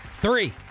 Three